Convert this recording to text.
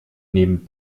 neben